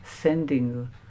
sending